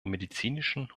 medizinischen